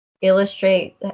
illustrate